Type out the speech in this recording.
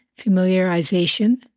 familiarization